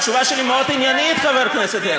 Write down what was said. התשובה שלי מאוד עניינית, חבר הכנסת הרצוג.